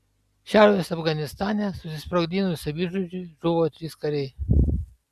šiaurės afganistane susisprogdinus savižudžiui žuvo trys kariai